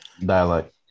dialect